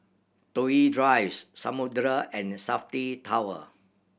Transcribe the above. Toh Yi Drives Samudera and Safti Tower